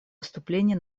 выступление